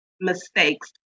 mistakes